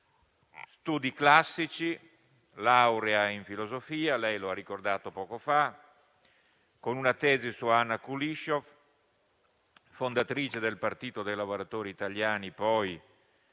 Studi classici e laurea in filosofia - lei lo ha ricordato poco fa - con una tesi su Anna Kuliscioff, fondatrice del Partito dei lavoratori italiani, poi